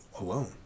alone